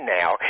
now